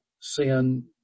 sin